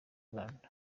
rwanda